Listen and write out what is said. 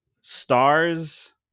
Stars